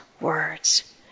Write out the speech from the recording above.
words